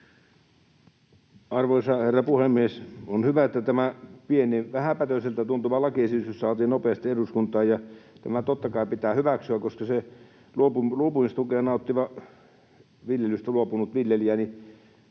Arvoisa herra puhemies! On hyvä, että tämä pieni, vähäpätöiseltä tuntuva lakiesitys saatiin nopeasti eduskuntaan, ja tämä totta kai pitää hyväksyä, koska sen luopumistukea nauttivan, viljelystä luopuneen viljelijän